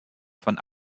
von